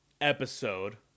episode